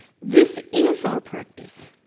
this is our practice,